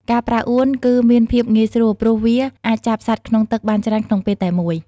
ការប្រើអួនគឺមានភាពងាយស្រួល ព្រោះវាអាចចាប់សត្វក្នុងទឹកបានច្រើនក្នុងពេលតែមួយ។